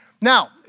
Now